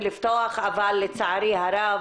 אבל לצערי הרב,